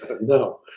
no